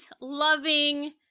loving